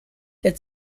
der